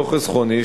לא חסכוני,